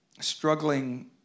struggling